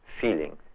feeling